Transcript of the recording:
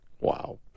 Wow